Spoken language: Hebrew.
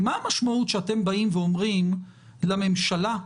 כי הייתה שם איזו עליית תחלואה מטורפת,